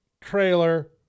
trailer